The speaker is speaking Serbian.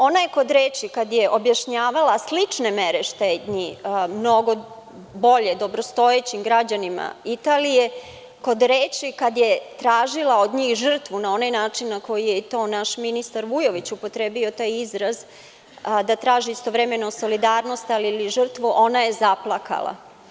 Ona je kod reči kada je objašnjavala slične mere štednje, mnogo bolje, dobrostojećim građanima Italije, kod reči kada je tražila od njih žrtvu na onaj način na koji je i to naš ministar Vujović upotrebio taj izraz, a da traži istovremeno solidarnost, ali i žrtvu, ona je zaplakala.